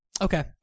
Okay